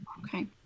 okay